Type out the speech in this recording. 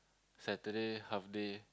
Saturday half day